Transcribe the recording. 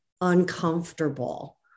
uncomfortable